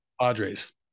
Padres